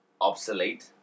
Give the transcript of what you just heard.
obsolete